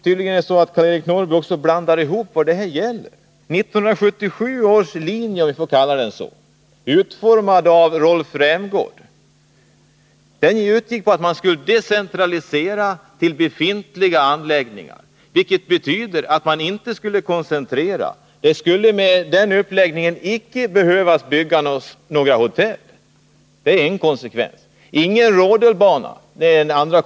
Tydligen blandar Karl-Eric Norrby ihop vad det här gäller. 1977 års linje, om jag får kalla den så — utformad av Rolf Rämgård-— gick ut på att man skulle decentralisera till befintliga anläggningar. Det betydde att man inte skulle koncentrera spelen. Med den uppläggningen skulle det inte behöva byggas några hotell. Det var en konsekvens. Ingen rodelbana skulle behöva byggas.